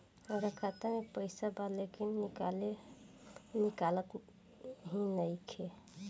हमार खाता मे पईसा बा लेकिन निकालते ही नईखे?